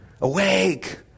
Awake